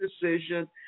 decision